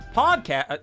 podcast